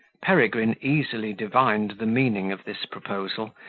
peregrine easily divined the meaning of this proposal,